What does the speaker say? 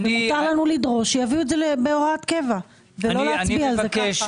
מותר לנו לדרוש שיביאו לנו את זה בהוראת קבע ולא להצביע על זה כך.